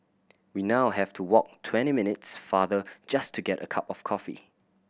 we now have to walk twenty minutes farther just to get a cup of coffee